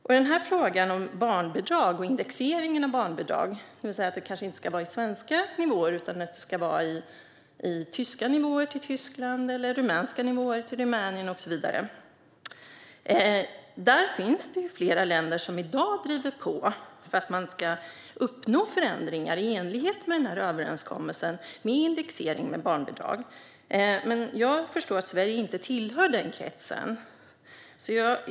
I frågan om barnbidrag och indexeringen av barnbidrag - det vill säga att det kanske inte ska vara i svenska nivåer utan i tyska nivåer till Tyskland, eller rumänska nivåer till Rumänien, och så vidare - finns det flera länder som i dag driver på för att man ska uppnå förändringar i enlighet med överenskommelsen med indexering av barnbidrag. Jag förstår att Sverige inte hör till den kretsen.